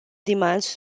demands